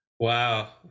Wow